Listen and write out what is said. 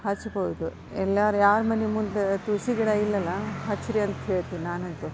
ಹಚ್ಬೋದು ಎಲ್ಲರೂ ಯಾರ ಮನೆ ಮುಂದೆ ತುಳಸಿ ಗಿಡ ಇಲ್ಲಲ್ಲ ಹಚ್ಚಿರಿ ಅಂತ್ಹೇಳ್ತೇನೆ ನಾನಂತೂ